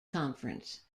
conference